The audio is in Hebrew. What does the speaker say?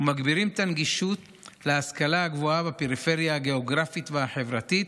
ומגבירים את הנגישות להשכלה הגבוהה בפריפריה הגיאוגרפית והחברתית